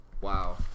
Wow